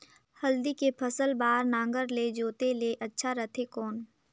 हल्दी के फसल बार नागर ले जोते ले अच्छा रथे कौन?